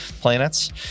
planets